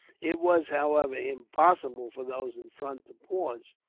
it was, however, impossible for those in front to pause.